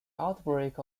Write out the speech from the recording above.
outbreak